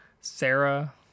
Sarah